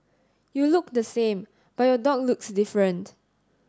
you look the same but your dog looks different